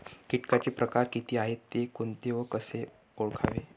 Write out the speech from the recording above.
किटकांचे प्रकार किती आहेत, ते कोणते व कसे ओळखावे?